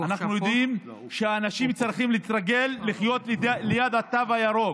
אנחנו יודעים שאנשים צריכים להתרגל לחיות ליד התו הירוק.